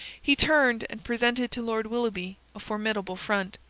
he turned, and presented to lord willoughby a formidable front.